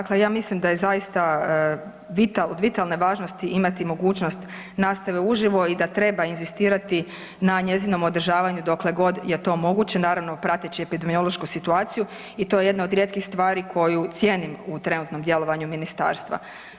Dakle ja mislim da je zaista od vitalne važnosti imati mogućnost nastave uživo i da treba inzistirati na njezinom održavanju dokle god je to moguće, naravno, prateći epidemiološku situaciju i to je jedna od rijetkih stvari koju cijenim u trenutnom djelovanju ministarstva.